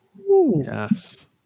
Yes